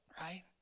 right